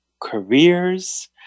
careers